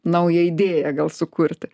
naują idėją gal sukurti